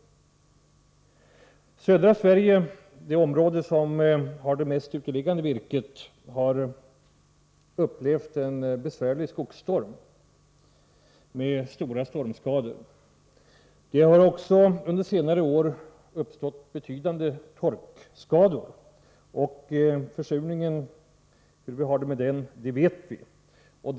I södra Sverige — det område som har den största kvantiteten uteliggande virke — har man upplevt en besvärlig storm med stora stormskador på skogen. Det har också under senare år uppstått betydande torkskador, och hur vi har det med försurningen känner vi till.